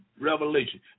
Revelation